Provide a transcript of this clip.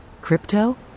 Crypto